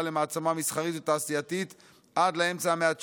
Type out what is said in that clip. מעצמה מסחרית ותעשייתית עד לאמצע המאה ה-19,